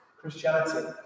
Christianity